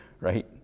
right